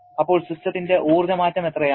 അപ്പോൾ സിസ്റ്റത്തിന്റെ ഊർജ്ജ മാറ്റം എത്രയാണ്